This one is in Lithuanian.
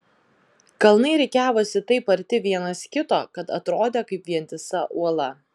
kalnai rikiavosi taip arti vienas kito kad atrodė kaip vientisa uola